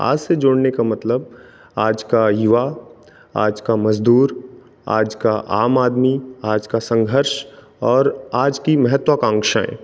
आज से जोड़ने का मतलब आज का युवा आज का मजदूर आज का आम आदमी आज का संघर्ष और आज की महत्वाकांक्षाएँ